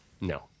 no